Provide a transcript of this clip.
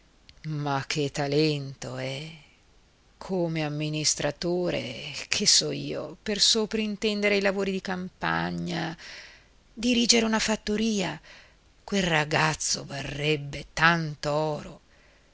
ma che talento eh come amministratore che so io per soprintendere ai lavori di campagna dirigere una fattoria quel ragazzo varrebbe tant'oro il